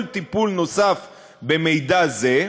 כל טיפול נוסף במידע זה,